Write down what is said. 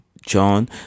John